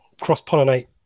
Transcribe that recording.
Cross-pollinate